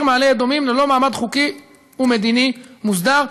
מעלה-אדומים ללא מעמד חוקי ומדיני מוסדר".